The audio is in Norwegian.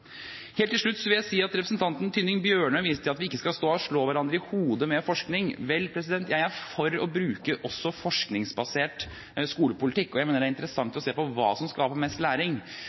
Helt til slutt vil jeg kommentere at representanten Tynning Bjørnø viste til at vi ikke skal stå og slå hverandre i hodet med forskning: Vel, jeg er for å bruke også forskningsbasert skolepolitikk, og jeg mener det er interessant å se på hva som skaper mest læring.